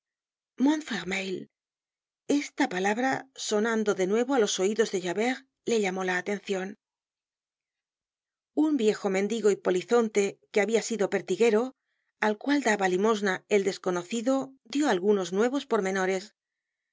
esta palabra sonando de nuevo á losoidos de javert le llamó la atencion un viejo mendigo y polizonte que habia sido pertiguero al cual daba limosna el desconocido dió algunos nuevos pormenores